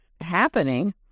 happening